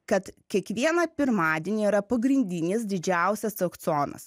kad kiekvieną pirmadienį yra pagrindinis didžiausias aukcionas